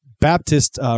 Baptist